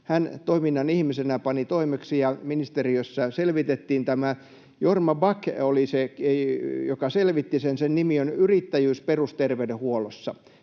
Hän toiminnan ihmisenä pani toimeksi, ja ministeriössä tämä selvitettiin. Jorma Back oli se, joka selvitti sen. Sen selvityksen nimi on ”Yrittäjyys perusterveydenhuollossa”.